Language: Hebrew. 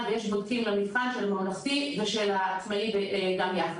ויש בודקים למבחן של ממלכתי ושל עצמאי גם יחד.